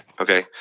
okay